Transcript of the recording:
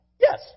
Yes